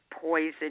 poison